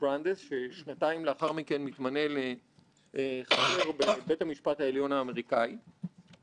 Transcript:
הטוב ביותר להתנהלות שלנו במערכת הציבורית מול המערכת הפיננסית.